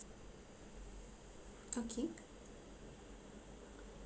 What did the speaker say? okay